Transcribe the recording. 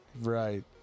Right